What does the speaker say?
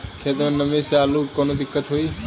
खेत मे नमी स आलू मे कऊनो दिक्कत होई?